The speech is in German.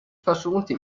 verschonte